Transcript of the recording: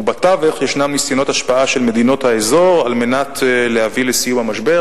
ובתווך יש ניסיונות השפעה של מדינות האזור על מנת להביא לסיום המשבר,